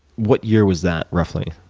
what year was that, roughly?